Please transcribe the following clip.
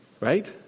Right